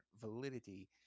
validity